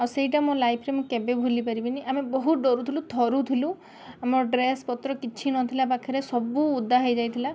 ଆଉ ସେଇଟା ମୋ ଲାଇଫ୍ରେ ମୁଁ କେବେ ଭୁଲି ପାରିବିନି ଆମେ ବହୁତ ଡରୁଥିଲୁ ଥରୁଥିଲୁ ଆମ ଡ୍ରେସ୍ ପତ୍ର କିଛି ନଥିଲା ପାଖରେ ଓଦା ସବୁ ହେଇ ଯାଇଥିଲା